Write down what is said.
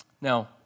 Now